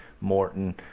Morton